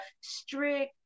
strict